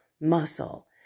muscle